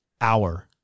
hour